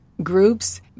groups